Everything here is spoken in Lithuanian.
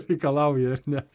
reikalauja ar ne